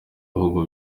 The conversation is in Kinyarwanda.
bihugu